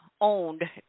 owned